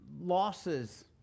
losses